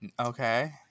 okay